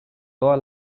toda